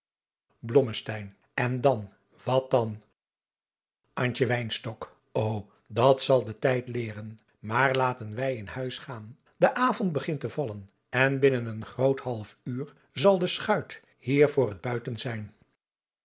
en dan wat dan antje wynstok ô dat zal de tijd leeren maar laten wij in huis gaan de avond begint te vallen en binnen een groot half uur zal de schuit hier voor het buiten zijn